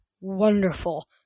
Wonderful